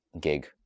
gig